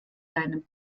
deinem